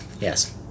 Yes